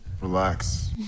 Relax